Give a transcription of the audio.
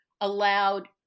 allowed